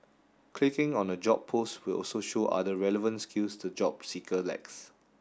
clicking on a job post will also show other relevant skills the job seeker lacks